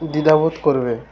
দ্বিধাবোধ করবে